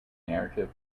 narrative